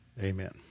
Amen